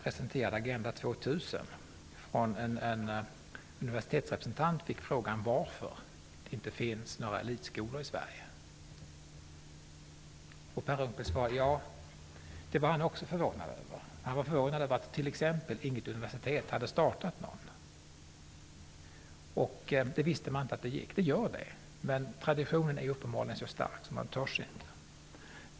presenterade Agenda 2000 fick han från en universitetsrepresentant frågan varför det inte finns några elitskolor i Sverige. Per Unckel svarade att också han var förvånad över detta och över att t.ex. inte något universitet hade startat en sådan. Man visste inte att detta är möjligt, men det är det. Traditionen är uppenbarligen så stark att man inte törs göra det.